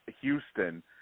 Houston